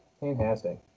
Fantastic